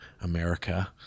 America